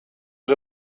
was